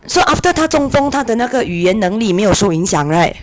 so after 她中风她的那个语言能力没有收影响 [right]